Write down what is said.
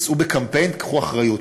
יצאו בקמפיין "קחו אחריות".